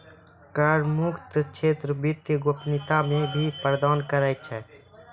कर मुक्त क्षेत्र वित्तीय गोपनीयता भी प्रदान करै छै